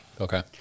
Okay